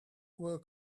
were